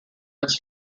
its